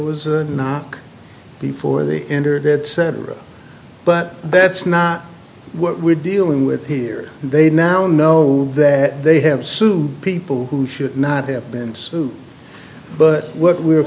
was a knock before they entered etc but that's not what we're dealing with here and they now know that they have sued people who should not have been sued but what we